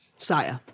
Saya